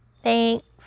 Thanks